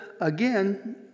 again